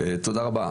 תודה רבה,